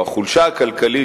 או החולשה הכלכלית,